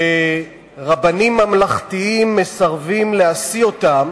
שרבנים ממלכתיים מסרבים להשיא אותם